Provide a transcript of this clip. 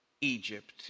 Egypt